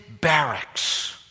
barracks